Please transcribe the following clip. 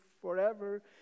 forever